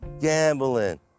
gambling